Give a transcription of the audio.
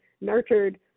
nurtured